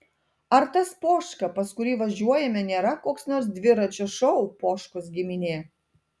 ar tas poška pas kurį važiuojame nėra koks nors dviračio šou poškos giminė